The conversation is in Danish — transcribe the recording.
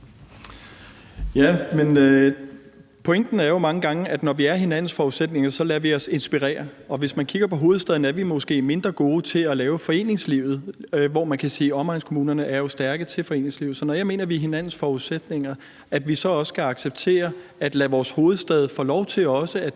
(M): Pointen er jo, at når vi er hinandens forudsætninger, lader vi os mange gange inspirere af hinanden. Hvis man kigger på hovedstaden, er vi måske mindre gode til at skabe et foreningsliv, hvor man kan sige, at omegnskommunerne jo er stærke med hensyn til foreningslivet. Så jeg mener, at når vi er hinandens forudsætninger, skal vi også acceptere at lade vores hovedstad få lov til også at